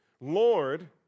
Lord